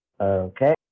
Okay